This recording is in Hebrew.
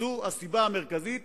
זו הסיבה המרכזית